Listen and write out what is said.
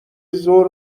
ظهر